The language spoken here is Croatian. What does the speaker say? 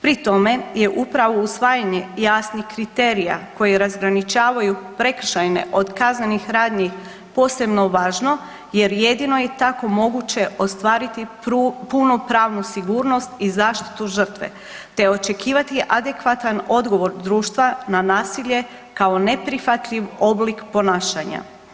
Pri tome je upravo usvajanje jasnih kriterija koji razgraničavaju prekršajne od kaznenih radnji posebno važno, jer jedino je tako moguće ostvariti punu pravnu sigurnost i zaštitu žrtve, te očekivati adekvatan odgovor društva na nasilje kao neprihvatljiv oblik ponašanja.